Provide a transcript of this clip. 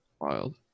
Wild